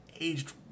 Aged